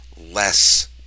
less